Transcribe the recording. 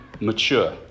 mature